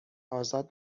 آزاد